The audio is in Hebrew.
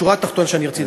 השורה התחתונה שרציתי,